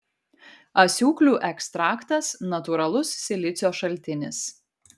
asiūklių ekstraktas natūralus silicio šaltinis